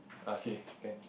okay can